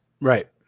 Right